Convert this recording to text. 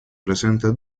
presenta